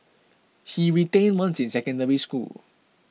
he retained once in Secondary School